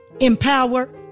empower